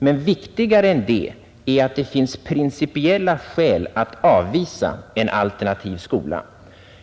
Men viktigare än det är att det finns principiella skäl att avvisa en alternativ skola.